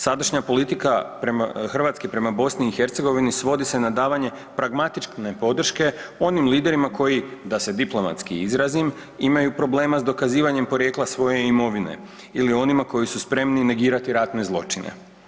Sadašnja politika Hrvatske prema BiH svodi se na davanje pragmatičke podrške onim liderima koji da se diplomatski izrazim imaju problema sa dokazivanjem porijekla svoje imovine ili onima koji su spremni negirati ratne zločine.